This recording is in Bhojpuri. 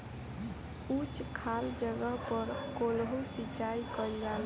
उच्च खाल जगह पर कोल्हू सिचाई कइल जाला